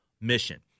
mission